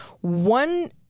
one